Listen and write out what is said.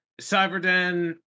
Cyberden